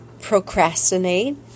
procrastinate